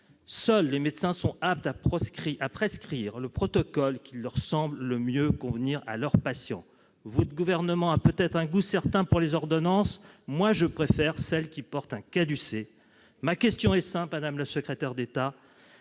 seuls les médecins sont aptes à prescrire le protocole qui leur semble le mieux convenir à leurs patients. Votre gouvernement a peut-être un goût certain pour les ordonnances ; moi, je préfère celles qui portent un caducée ! Ma question est simple, madame la secrétaire d'État